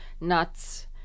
nuts